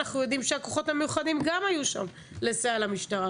אנחנו יודעים שהכוחות המיוחדים היו שם לסייע למשטרה.